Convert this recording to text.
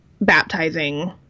baptizing